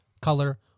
color